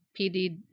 PD